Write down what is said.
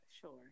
sure